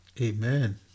Amen